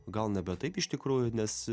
gal nebe taip iš tikrųjų nes